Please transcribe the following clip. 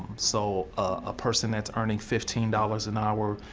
so, a person that's earning fifteen dollars an hour,